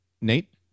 Nate